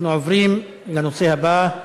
אנחנו עוברים לנושא הבא: